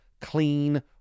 clean